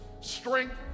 strength